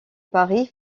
paris